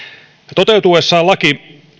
toteutuessaan laki